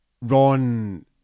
Ron